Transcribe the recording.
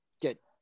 get